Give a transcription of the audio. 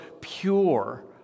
pure